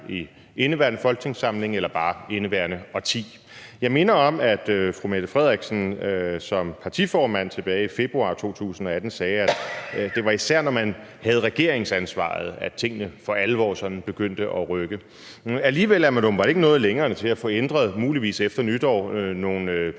i indeværende folketingssamling eller bare indeværende årti. Jeg minder om, at fru Mette Frederiksen som partiformand tilbage i februar 2018 sagde, at det især var, når man havde regeringsansvaret, at tingene for alvor sådan begyndte at rykke. Alligevel er man åbenbart ikke nået længere end til muligvis efter nytår at få